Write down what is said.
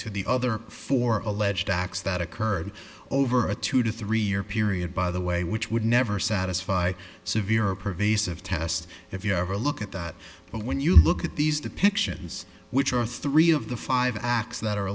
other four alleged acts that occurred over a two to three year period by the way which would never satisfy severe a pervasive test if you ever look at that but when you look at these depictions which are three of the five acts that are